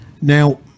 Now